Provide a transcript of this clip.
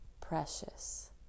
precious